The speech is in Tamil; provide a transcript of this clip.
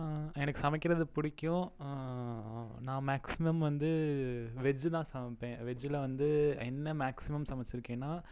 எனக்கு சமைக்கிறது பிடிக்கும் நான் மேக்ஸிமம் வந்து வெஜ்ஜு தான் சமைப்பேன் வெஜ்ஜில் வந்து என்ன மேக்ஸிமம் சமைச்சுருக்கேனா